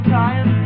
time